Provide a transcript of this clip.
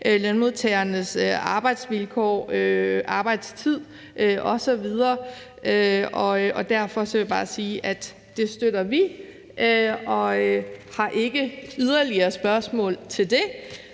lønmodtagernes arbejdsvilkår arbejdstid osv. Derfor vil jeg bare sige, at det støtter vi, og vi har ikke yderligere spørgsmål til det,